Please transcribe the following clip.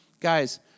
Guys